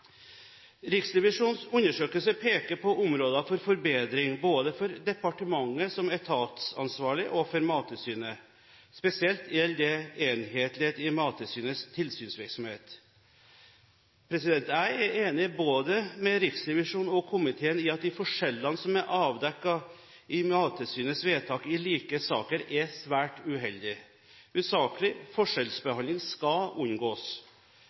Riksrevisjonens undersøkelse peker på områder for forbedring, både for departementet som etatsansvarlig og for Mattilsynet. Spesielt gjelder dette enhetlighet i Mattilsynets tilsynsvirksomhet. Jeg er enig både med Riksrevisjonen og med komiteen i at de forskjellene som er avdekket i Mattilsynets vedtak i like saker, er svært uheldige. Usaklig forskjellsbehandling skal unngås.